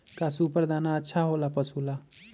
का सुपर दाना अच्छा हो ला पशु ला?